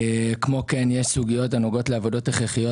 כמו כן יש סוגיות הנוגעות לעבודות הכרחיות